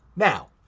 Now